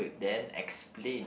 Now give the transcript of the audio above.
then explain